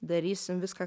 darysim viską